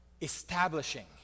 establishing